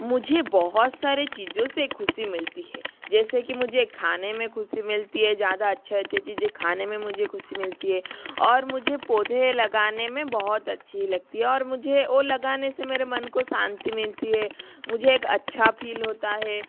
मुझे बहुत सारे चीज़ों से ख़ुशी मिलती हे जैसे कि मुझे खाने में ख़ुशी मिलती है ज़्यादा अच्छे अच्छे चीज़ें खाने में मुझे ख़ुशी मिलती हे और मुझे पोधे लगाने में बहुत अच्छी लगती हे और मुझे वो लगाने से मेरे मन को शांति मिलती हे मुझे एक अच्छा फील होता है